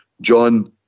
John